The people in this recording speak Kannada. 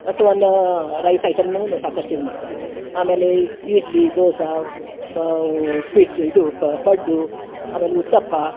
ಒಟ್ಟು ಒನ್ನ ರೈಸ್ ಐಟಮ್ನೂನು ಸಾಕಷ್ಟು ಇದು ಮಾಡ್ತೇವೆ ಆಮೇಲೆ ಇಡ್ಲಿ ದೋಸ ಬಾ ಉಪ್ಪಿಟ್ಟು ಇದು ಪಡ್ಡು ಆಮೇಲೆ ಉತ್ತಪ್ಪ